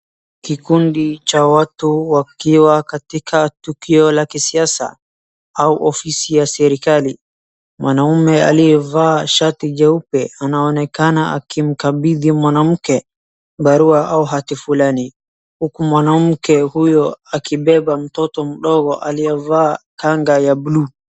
Kikundi cha watu wakiwa katika tukio la kisiasa au ofisi ya serikali. Mwanaume aliyevaa shati jeupe anaonekana akimkabidhi mwanamke barua au hati fulani huku mwanamke huyu akibeba mtoto mdogo aliyevaa kanga ya blue .